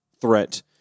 threat